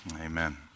amen